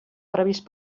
previst